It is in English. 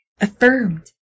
affirmed